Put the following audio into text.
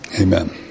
Amen